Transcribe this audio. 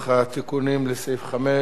ברוב של 13 חברי כנסת,